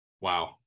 wow